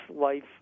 life